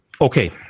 Okay